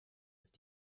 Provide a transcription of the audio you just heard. ist